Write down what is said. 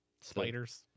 spiders